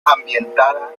ambientada